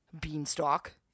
Beanstalk